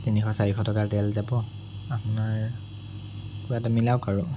তিনিশ চাৰিশ টকাৰ তেল যাব আপোনাৰ কিবা এটা মিলাওক আৰু